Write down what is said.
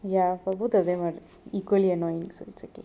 ya but both of them are equally annoying so it's okay